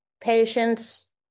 patients